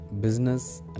business